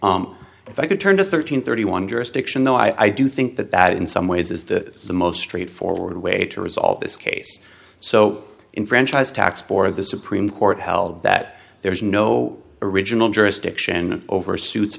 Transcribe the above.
itself if i could turn to thirteen thirty one jurisdiction though i do think that that in some ways is the the most straightforward way to resolve this case so in franchise tax board the supreme court held that there is no original juristic and over suits